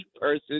person